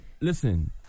Listen